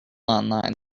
online